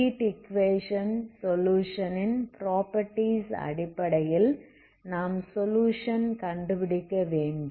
heat equation சொலுயுஷனின் properties அடிப்படையில் நாம் சொலுயுஷன் கண்டுபிடிக்கவேண்டும்